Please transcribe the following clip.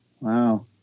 wow